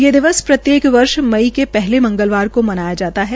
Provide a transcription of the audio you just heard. यह दिवस प्रत्येक वर्ष मई के पहले मंगलवार को मनाया जाता है